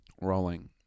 rolling